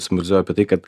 simbolizuoja apie tai kad